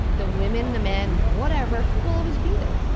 the women, the men, whatever, will always be there.